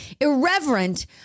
irreverent